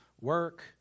work